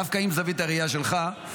דווקא עם זווית הראייה שלך,